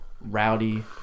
rowdy